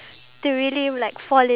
positive